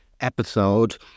episode